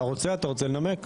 אתה רוצה לנמק?